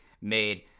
made